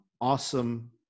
awesome